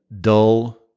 dull